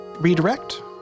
redirect